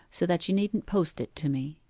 so that you needn't post it to me